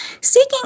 seeking